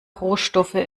rohstoffe